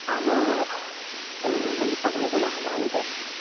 আৰু খেল বুলি ক'বলৈ গ'লে সাধাৰণতে